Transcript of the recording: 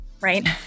right